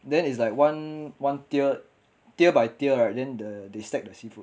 then is like one one tier tier by tier right then the they stack the seafood